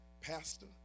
pastor